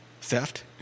theft